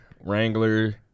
Wrangler